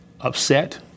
upset